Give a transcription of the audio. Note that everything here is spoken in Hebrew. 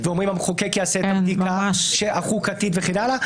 ואומרים שהמחוקק יעשה את החקיקה החוקתית וכן הלאה,